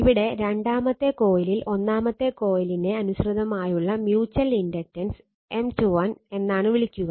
ഇവിടെ രണ്ടാമത്തെ കോയിലിൽ ഒന്നാമത്തെ കോയിലിനെ അനുസൃതമായുള്ള മ്യുച്ചൽ ഇണ്ടക്ടൻസ് M 21 എന്നാണ് വിളിക്കുക